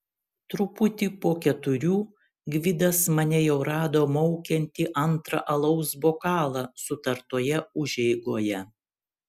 truputį po keturių gvidas mane jau rado maukiantį antrą alaus bokalą sutartoje užeigoje